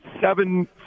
seven